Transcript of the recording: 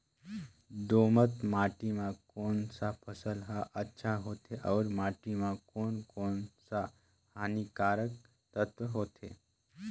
दोमट माटी मां कोन सा फसल ह अच्छा होथे अउर माटी म कोन कोन स हानिकारक तत्व होथे?